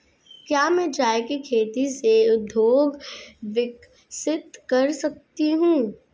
क्या मैं चाय की खेती से उद्योग विकसित कर सकती हूं?